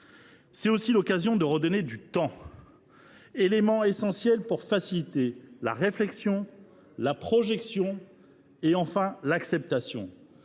C’est aussi l’occasion de leur redonner du temps, élément essentiel pour faciliter la réflexion, la projection et l’acceptation.